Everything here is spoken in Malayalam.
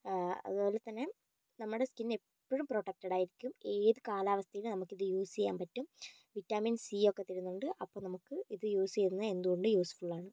അതുപോലെ തന്നെ നമ്മുടെ സ്കിൻ എപ്പോഴും പ്രൊട്ടക്റ്റഡ് ആയിരിക്കും ഏത് കാലാവസ്ഥയിലും നമുക്കിത് യൂസ് ചെയ്യാൻ പറ്റും വിറ്റാമിൻ സി ഒക്കെ തരുന്നുണ്ട് അപ്പൊൾ നമുക്ക് ഇത് യൂസ് ചെയ്യുന്നത് എന്തുകൊണ്ടും യൂസ്ഫുൾ ആണ്